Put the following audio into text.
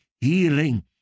healing